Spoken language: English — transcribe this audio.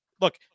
look